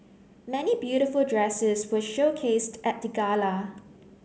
many beautiful dresses were showcased at the gala